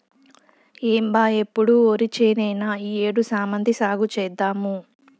ఏం బా ఎప్పుడు ఒరిచేనేనా ఈ ఏడు శామంతి సాగు చేద్దాము